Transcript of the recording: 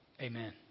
Amen